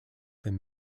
than